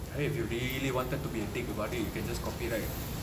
it will be really wanted to be a dick about it you can just copyright